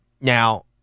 Now